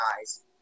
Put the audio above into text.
eyes